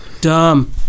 dumb